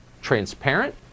Transparent